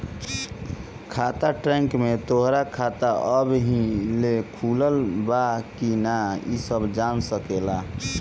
खाता ट्रैक में तोहरा खाता अबही ले खुलल बा की ना इ सब जान सकेला